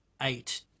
eight